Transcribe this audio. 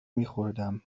میخوردم